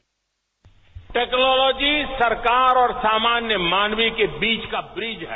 bite technology सरकार और सामान्य मानवी के बीच का ब्रिज है